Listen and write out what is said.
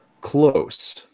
Close